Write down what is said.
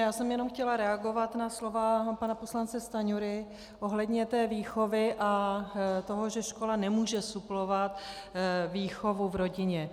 Já jsem jenom chtěla reagovat na slova pana poslance Stanjury ohledně výchovy a toho, že škola nemůže suplovat výchovu v rodině.